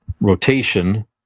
rotation